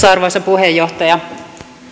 arvoisa puheenjohtaja